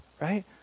right